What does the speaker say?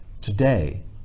today